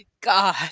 God